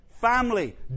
Family